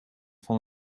van